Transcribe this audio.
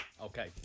okay